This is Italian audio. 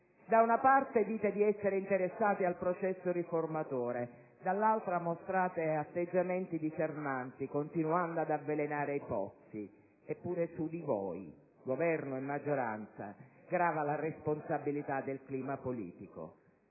da una parte dite di essere interessati al processo riformatore, dall'altra mostrate atteggiamenti disarmanti, continuando ad avvelenare i pozzi. Eppure su di voi, Governo e maggioranza, grava la responsabilità del clima politico: